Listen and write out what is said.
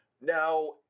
now